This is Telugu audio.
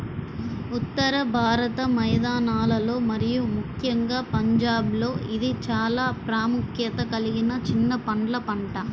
ఉత్తర భారత మైదానాలలో మరియు ముఖ్యంగా పంజాబ్లో ఇది చాలా ప్రాముఖ్యత కలిగిన చిన్న పండ్ల పంట